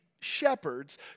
shepherds